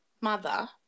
mother